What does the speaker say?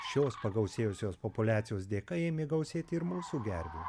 šios pagausėjusios populiacijos dėka ėmė gausėti ir mūsų gervių